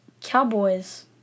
cowboys